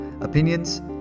opinions